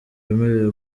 wemerewe